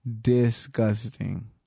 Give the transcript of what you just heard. Disgusting